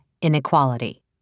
Inequality